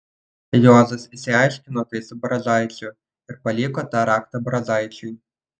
juozas išsiaiškino tai su brazaičiu ir paliko tą raktą brazaičiui